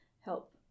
help